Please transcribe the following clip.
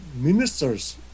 ministers